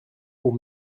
pour